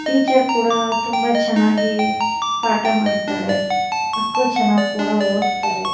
teacher ಕೂಡ ತುಂಬ ಚೆನ್ನಾಗಿ ಪಾಠ ಮಾಡ್ತಾರೆ ಮಕ್ಕಳು ಚೆನ್ನಾಗ್ ಕೂಡ ಓದ್ತಾರೆ